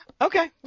Okay